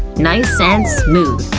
nice and smooth,